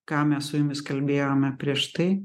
ką mes su jumis kalbėjome prieš tai